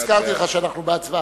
הזכרתי לך שאנחנו בהצבעה.